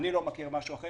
אני לא מכיר משהו אחר,